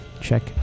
check